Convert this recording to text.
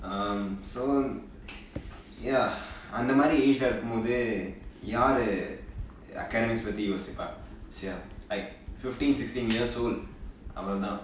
um so ya அந்த மாதிரி:antha maathiri age இருக்கும்போது யாரு:irukkumbothu yaaru academics பத்தி யோசிப்பேன்:paththi yosippen sia like fifteen sixteen years old அவ்வளவுதான்:avvalavuthaan